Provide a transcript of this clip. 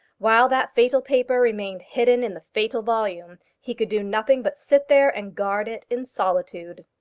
while that fatal paper remained hidden in the fatal volume he could do nothing but sit there and guard it in solitude.